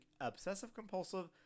obsessive-compulsive